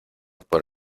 por